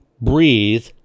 breathe